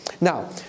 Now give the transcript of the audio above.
Now